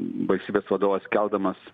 bus visados keldamas